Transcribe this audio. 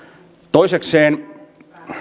toisekseen